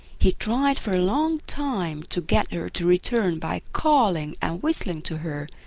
he tried for a long time to get her to return by calling and whistling to her,